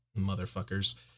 motherfuckers